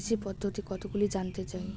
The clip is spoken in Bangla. কৃষি পদ্ধতি কতগুলি জানতে চাই?